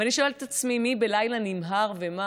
ואני שואלת את עצמי: מי בלילה נמהר ומר,